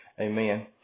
amen